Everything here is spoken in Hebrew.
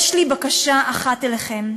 יש לי בקשה אחת אליכם: